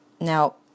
now